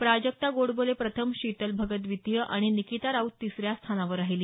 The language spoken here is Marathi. प्राजक्ता गोडबोले प्रथम शीतल भगत द्वितीय आणि निकिता राऊत तिसऱ्या स्थानावर राहिली